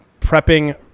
prepping